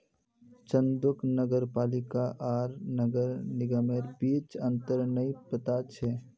चंदूक नगर पालिका आर नगर निगमेर बीच अंतर नइ पता छ